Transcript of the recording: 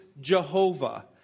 Jehovah